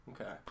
Okay